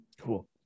Cool